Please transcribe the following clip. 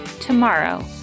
tomorrow